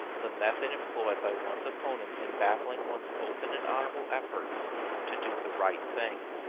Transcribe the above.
the method employed by one's opponents in baffling one's open and honorable efforts to do the right thing.